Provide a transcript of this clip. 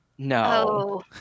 No